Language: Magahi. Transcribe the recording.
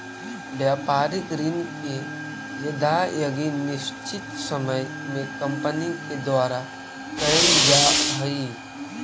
व्यापारिक ऋण के अदायगी निश्चित समय में कंपनी के द्वारा कैल जा हई